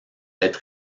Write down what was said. être